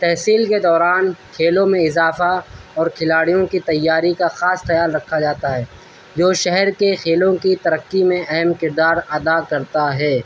تحصیل کے دوران کھیلوں میں اضافہ اور کھلاڑیوں کی تیاری کا خاص خیال رکھا جاتا ہے جو شہر کے کھیلوں کی ترقی میں اہم کردار ادا کرتا ہے